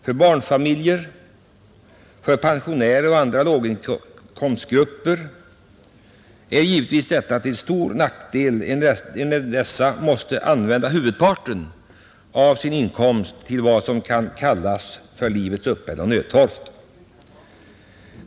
För barnfamiljer, för pensionärer och andra låginkomstgrupper är givetvis detta till stor nackdel, enär dessa måste använda huvudparten av sin inkomst till vad man kallar livets uppehälle och nödtorft.